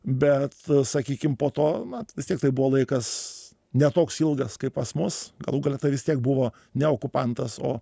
bet sakykim po to na vis tiek tai buvo laikas ne toks ilgas kaip pas mus galų gale vis tiek buvo ne okupantas o